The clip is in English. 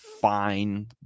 fine